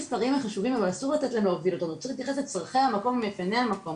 צריך להתייחס לתנאי המקום ואיתני המקום.